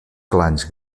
clans